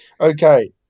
Okay